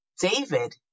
david